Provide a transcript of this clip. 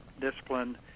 discipline